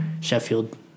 Sheffield